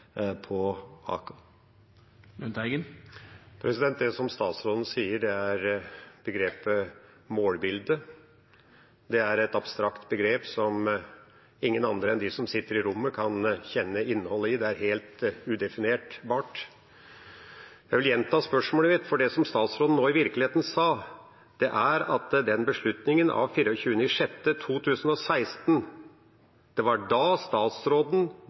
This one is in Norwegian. på Aker. Til det statsråden sier: Begrepet «målbilde» er et abstrakt begrep som ingen andre enn dem som sitter i rommet, kan kjenne innholdet i. Det er helt udefinerbart. Jeg vil gjenta spørsmålet mitt, for det statsråden nå i virkeligheten sa om den beslutningen av 24. juni 2016, er at det var da statsråden